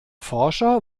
forscher